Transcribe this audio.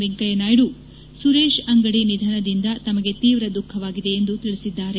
ವೆಂಕಯ್ಯ ನಾಯ್ಲು ಸುರೇಶ್ ಅಂಗಡಿ ನಿಧನದಿಂದ ತಮಗೆ ತೀವ್ರ ದುಃಖವಾಗಿದೆ ಎಂದು ತಿಳಿಸಿದ್ದಾರೆ